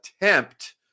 attempt